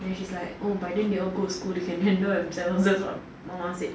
then she's like oh by then they all go to school they can handle themselves that's what my mum said